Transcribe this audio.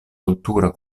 cultura